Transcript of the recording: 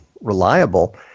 reliable